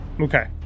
Okay